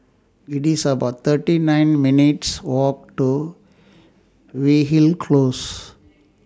IT IS about thirty nine minutes' Walk to Weyhill Close